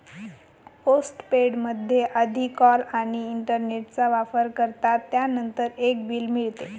postpaid मध्ये आधी call आणि इंटरनेटचा वापर करतात, त्यानंतर एक बिल मिळते